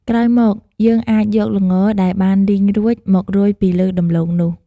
ក្រោយមកយើងអាចយកល្ងដែលបានលីងរួចមករោយពីលើដំឡូងនោះ។